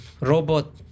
Robot